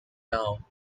now